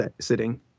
sitting